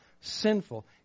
sinful